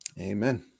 Amen